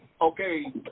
Okay